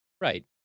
Right